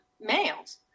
males